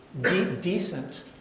decent